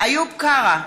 איוב קרא,